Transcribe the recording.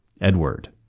Edward